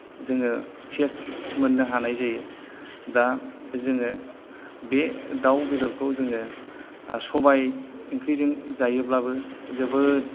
जोङो टेस्ट मोननो हानाय जायो दा जोङो बे दाउ बेदरखौ जोङो सबाइ ओंख्रिजों जायोब्लाबो जोबोद